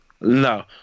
No